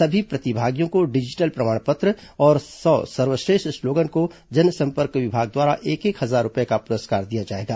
सभी प्रतिभागियों को डिजिटल प्रमाण पत्र और सौ सर्वश्रेष्ठ स्लोगन को जनसंपर्क विभाग द्वारा एक एक हजार रूपए का पुरस्कार दिया जाएगा